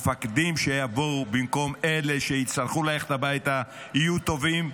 המפקדים שיבואו במקום אלה שיצטרכו ללכת הביתה יהיו טובים,